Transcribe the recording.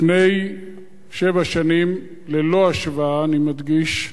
לפני שבע שנים, ללא השוואה, אני מדגיש,